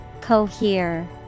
Cohere